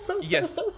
Yes